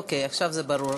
אוקיי, עכשיו זה ברור.